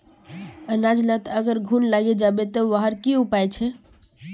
अनाज लात अगर घुन लागे जाबे ते वहार की उपाय छे?